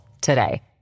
today